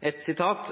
Et annet sitat: